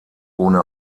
ohne